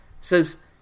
says